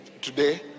today